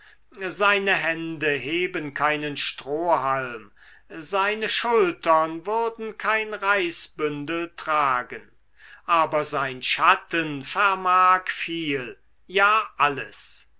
seine hände heben keinen strohhalm seine schultern würden kein reisbündel tragen aber sein schatten vermag viel ja alles